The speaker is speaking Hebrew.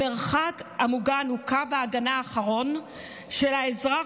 המרחב המוגן הוא קו ההגנה האחרון של האזרח,